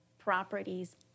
properties